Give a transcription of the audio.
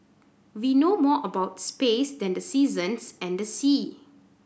we know more about space than the seasons and the sea